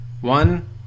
One